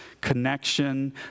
connection